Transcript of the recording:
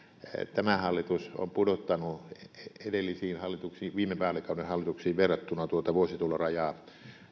tämä hallitus on pudottanut edellisiin hallituksiin viime vaalikauden hallituksiin verrattuna vuositulorajaa